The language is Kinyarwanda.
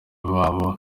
babo